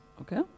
Okay